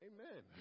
Amen